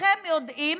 כולכם יודעים